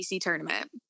tournament